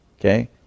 Okay